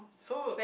so